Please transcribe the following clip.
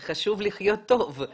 חשוב לחיות טוב.